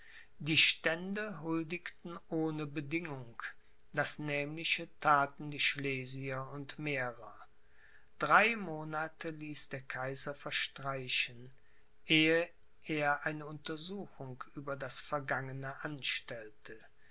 die stände huldigten ohne bedingung das nämliche thaten die schlesier und mährer drei monate ließ der kaiser verstreichen ehe er eine untersuchung über das vergangene anstellte